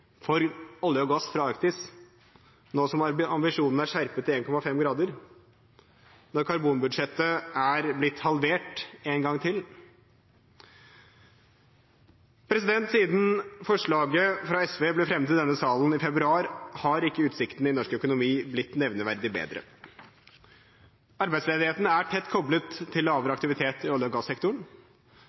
for olje og gass fra Arktis nå som ambisjonene er skjerpet til 1,5 grader, og når karbonbudsjettet er blitt halvert én gang til? Siden forslaget fra SV ble fremmet i denne salen i februar, har ikke utsiktene i norsk økonomi blitt nevneverdig bedre. Arbeidsledigheten er tett koblet til lavere aktivitet i olje- og gassektoren.